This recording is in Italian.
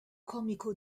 comico